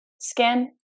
skin